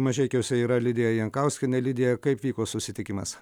mažeikiuose yra lidija jankauskienė lidija kaip vyko susitikimas